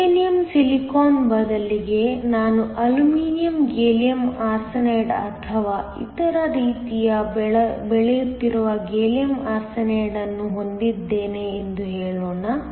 germanium silicon ಬದಲಿಗೆ ನಾನು aluminium gallium arsenide ಅಥವಾ ಇತರ ರೀತಿಯಲ್ಲಿ ಬೆಳೆಯುತ್ತಿರುವ ಗ್ಯಾಲಿಯಂ ಆರ್ಸೆನೈಡ್ ಅನ್ನು ಹೊಂದಿದ್ದೇನೆ ಎಂದು ಹೇಳೋಣ